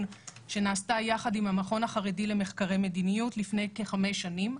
שנעשתה יחד עם המכון החרדי למחקרי מדיניות לפני כחמש שנים.